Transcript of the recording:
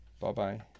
Bye-bye